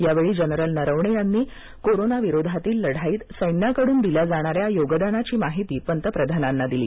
यावेळी जनरल नरवणे यांनी कोरोना विरोधातील लढाईत सैन्याकडून दिल्या जाणाऱ्या योगदानाची माहिती पंतप्रधानांना दिली